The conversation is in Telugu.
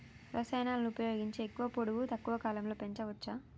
రసాయనాలను ఉపయోగించి ఎక్కువ పొడవు తక్కువ కాలంలో పెంచవచ్చా?